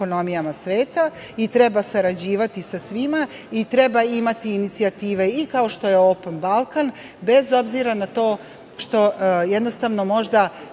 i treba imati inicijative i kao što je „Open Balkan“, bez obzira na to što jednostavno možda